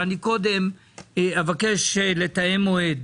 אני מבקש לתאם מועד